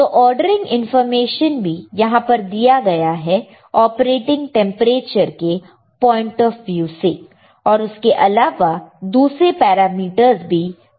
तो ordering information भी यहां पर दिया गया है ऑपरेटिंग टेंपरेचर के पॉइंट ऑफ व्यू से और इसके अलावा दूसरे पैरामीटर्स भी दिए गए हैं